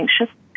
anxious